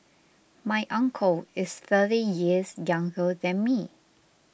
my uncle is thirty years younger than me